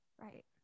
right